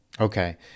okay